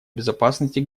безопасности